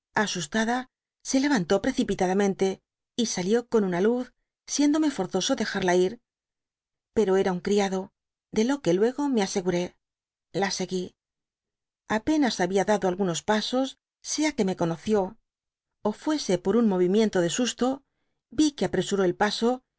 asustada se levanté precipitadamente y salió con una luz siéndome forzoso dejarla ir pero era un criado de lo que luego que me asegura la seguí apenas había dado algunos pasos sea que me conoció ó fuese dby google por un movimiento de susto vi que apresuré el p